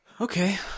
Okay